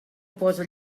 posa